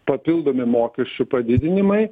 papildomi mokesčių padidinimai